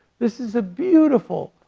this is a beautiful,